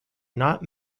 not